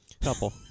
couple